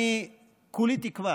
אני כולי תקווה